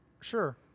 sure